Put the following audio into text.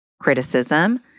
criticism